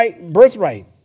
birthright